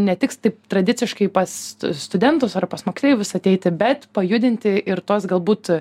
netiks taip tradiciškai pas studentus ar pas moksleivius ateiti bet pajudinti ir tos galbūt